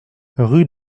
rue